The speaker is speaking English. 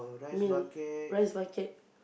meal rice bucket